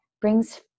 brings